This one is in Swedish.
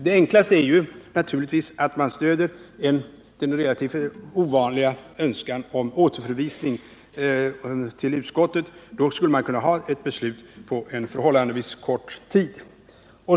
Det enklaste är naturligtvis att man stöder den relativt ovanliga önskan om återförvisning till utskottet; då skulle ett beslut kunna fattas inom förhållandevis kort tid.